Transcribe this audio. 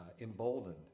emboldened